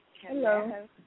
Hello